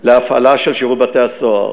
להפעלה של שירות בתי-הסוהר.